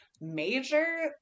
major